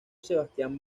sebastian